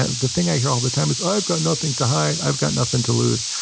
ah the thing i hear all the time is, i've got nothing to hide. i've got nothing to lose.